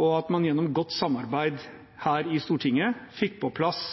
og at man gjennom godt samarbeid her i Stortinget fikk på plass